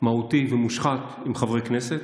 מהותי ומושחת עם חברי כנסת.